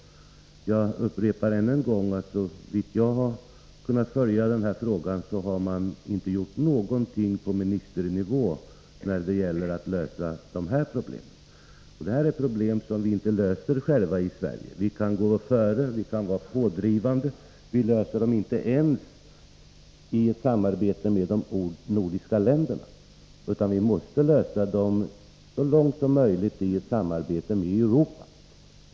Jag upprepar att såvitt jag har kunnat konstatera — och jag har försökt följa den här frågan — har man inte gjort någonting på ministernivå när det gäller att lösa de här problemen. Det här är problem som vi inte kan lösa själva i Sverige. Vi kan gå före, och vi kan vara pådrivande, men vi löser dem inte ens i samarbete med de nordiska länderna. Vi måste så långt som möjligt lösa dem i ett samarbete i Europa.